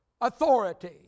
authority